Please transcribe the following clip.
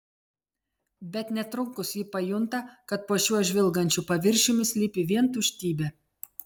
bet netrukus ji pajunta kad po šiuo žvilgančiu paviršiumi slypi vien tuštybė